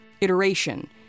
Iteration